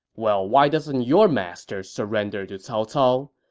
well why doesn't your master surrender to cao cao,